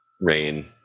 Rain